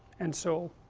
and so,